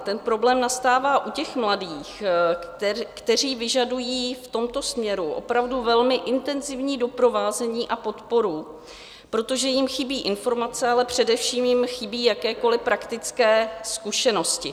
Ten problém nastává u mladých, kteří vyžadují v tomto směru opravdu velmi intenzivní doprovázení a podporu, protože jim chybí informace, ale především jim chybí jakékoliv praktické zkušenosti.